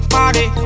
Party